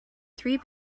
three